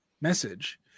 message